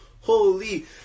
Holy